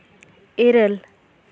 ᱤᱨᱟᱹᱞ